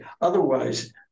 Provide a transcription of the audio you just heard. Otherwise